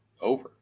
over